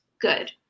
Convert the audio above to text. good